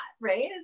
right